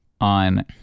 on